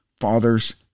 father's